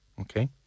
Okay